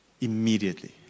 immediately